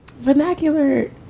vernacular